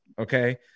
okay